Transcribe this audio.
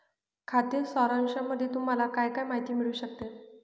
खाते सारांशामध्ये तुम्हाला काय काय माहिती मिळू शकते?